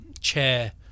chair